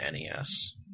NES